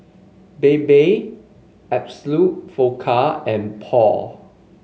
Bebe Absolut Vodka and Paul